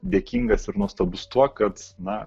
dėkingas ir nuostabus tuo kad na